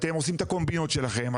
אתם עושים את הקומבינות שלכם,